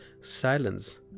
silence